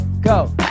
go